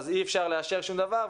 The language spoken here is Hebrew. אי אפשר לאשר שום דבר,